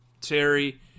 Terry